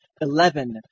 Eleven